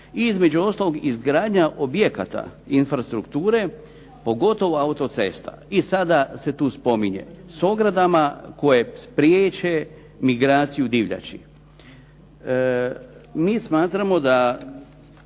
i između ostalog izgradnja objekata infrastrukture pogotovo auto-cesta. I sada se tu spominje s ogradama koje priječe migraciju divljači. Mi smatramo da